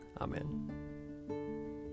Amen